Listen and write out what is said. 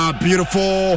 beautiful